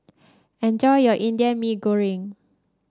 enjoy your Indian Mee Goreng